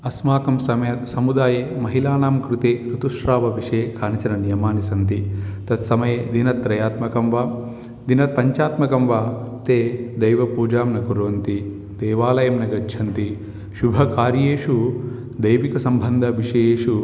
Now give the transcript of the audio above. अस्माकं समये समुदाये महिलानां कृते ऋतुश्रावविषये केचन नियमाः सन्ति तत्समये दिनत्रयात्मकं वा दिनपञ्चात्मकं वा ते दैवपूजां न कुर्वन्ति देवालयं न गच्छन्ति शुभकार्येषु दैविकसम्बन्धविषयेषु